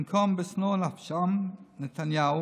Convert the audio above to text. לנקום בשנוא נפשם, נתניהו,